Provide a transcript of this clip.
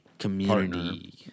Community